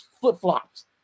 flip-flops